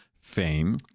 fame